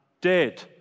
dead